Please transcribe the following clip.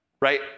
right